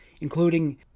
including